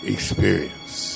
Experience